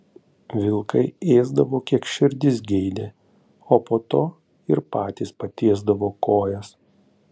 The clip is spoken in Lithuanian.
vilkai ėsdavo kiek širdis geidė o po to ir patys patiesdavo kojas